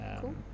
Cool